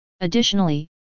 Additionally